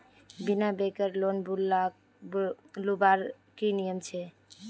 बिना बैंकेर लोन लुबार की नियम छे?